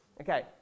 Okay